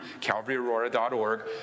calvaryaurora.org